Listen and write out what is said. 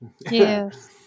yes